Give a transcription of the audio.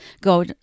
go